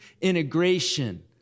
integration